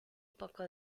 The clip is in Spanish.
poco